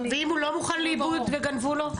לעיבוד --- ואם הוא לא מוכן לעיבוד וגנבו לו?